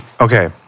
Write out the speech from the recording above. Okay